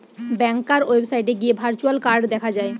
ব্যাংকার ওয়েবসাইটে গিয়ে virtual card দেখা যায়